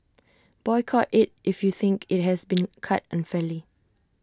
boycott IT if you think IT has been cut unfairly